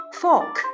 fork